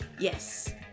yes